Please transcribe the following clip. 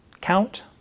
count